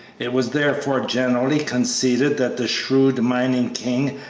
it was therefore generally conceded that the shrewd mining king,